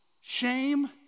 shame